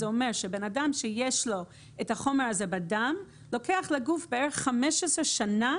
זה אומר שאדם שיש לו את החומר הזה בדם לגוף לוקחות בערך 15 שנה